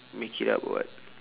make it up [what]